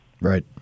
Right